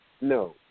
no